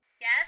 Yes